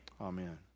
Amen